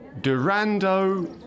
Durando